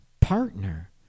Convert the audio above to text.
partner